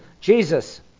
Jesus